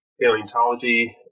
paleontology